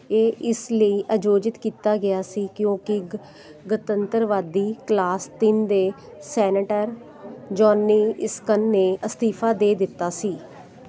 ਇਹ ਇਸ ਲਈ ਆਯੋਜਿਤ ਕੀਤਾ ਗਿਆ ਸੀ ਕਿਉਂਕਿ ਗ ਗਣਤੰਤਰਵਾਦੀ ਕਲਾਸ ਤਿੰਨ ਦੇ ਸੈਨੇਟਰ ਜੌਨੀ ਇਸਕਨ ਨੇ ਅਸਤੀਫਾ ਦੇ ਦਿੱਤਾ ਸੀ